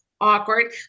awkward